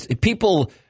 People